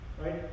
Right